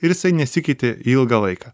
ir jisai nesikeitė ilgą laiką